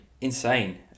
insane